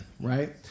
right